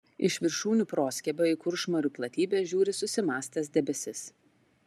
iš viršūnių proskiebio į kuršmarių platybes žiūri susimąstęs debesis